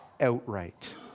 outright